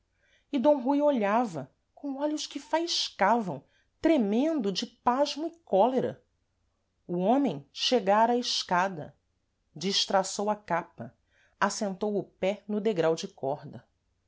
e d rui olhava com olhos que faiscavam tremendo de pasmo e cólera o homem chegara à escada destraçou a capa assentou o pé no degrau de corda